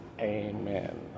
amen